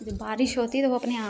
जब बारिश होती तो अपने आप